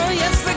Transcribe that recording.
yes